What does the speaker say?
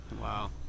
wow